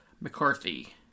McCarthy